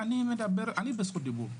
אני בזכות דיבור.